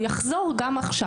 הוא יחזור גם עכשיו.